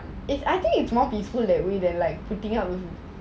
for me for me